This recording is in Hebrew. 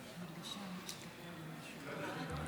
תודה רבה, אדוני היושב-ראש.